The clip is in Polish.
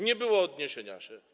Nie było odniesienia się.